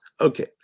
Okay